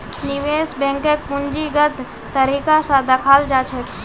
निवेश बैंकक पूंजीगत तरीका स दखाल जा छेक